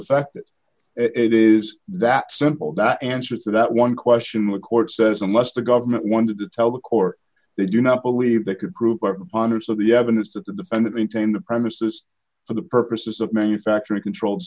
affected it is that simple the answer to that one question the court says unless the government wanted to tell the court they do not believe they could prove hundreds of the evidence that the defendant maintained the premises for the purposes of manufacturing controlled